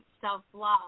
self-love